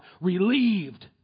relieved